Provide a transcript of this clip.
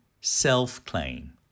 self-claim